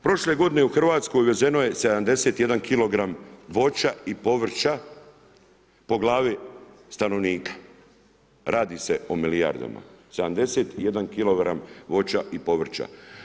Prošle godine u Hrvatskoj uvezeno je 71 kg voća i povrća po glavi stanovnika, radi se o milijardama, 71 kg voća i povrća.